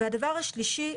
הדבר השלישי,